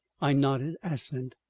i nodded assent.